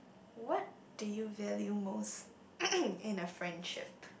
what do you value most in a friendship